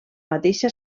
mateixa